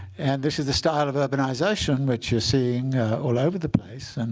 and this is the style of urbanization which you're seeing all over the place. and